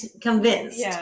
convinced